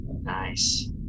Nice